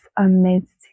amidst